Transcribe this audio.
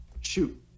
shoot